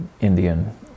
Indian